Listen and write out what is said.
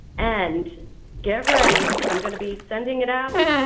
and get ready i'm going to be sending it out.